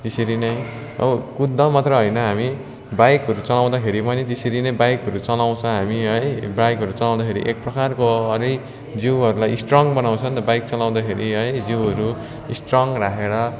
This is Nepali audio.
त्यसरी नै कुद्दा मात्र होइन हामी बाइकहरू चलाउँदाखेरि पनि त्यसरी नै बाइकहरू चलाउँछ हामी है बाइकहरू चलाउँदाखेरि एक प्रकारको अरे जिउहरूलाई स्ट्रङ बनाउँछ बाइक चलाउदाखेरि है जिउहरू स्ट्रङ राखेर